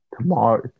Tomorrow